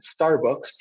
Starbucks